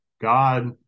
God